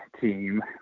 team